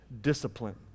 discipline